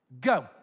Go